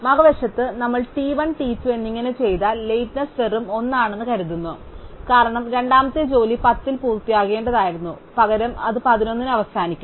മറുവശത്ത് നമ്മൾ t 1 t 2 എന്നിങ്ങനെ ചെയ്താൽ ലേറ്റ്നെസ് വെറും 1 ആണെന്ന് ഞങ്ങൾ കരുതുന്നു കാരണം രണ്ടാമത്തെ ജോലി 10 ൽ പൂർത്തിയാക്കേണ്ടതായിരുന്നു പകരം അത് 11 ന് അവസാനിക്കും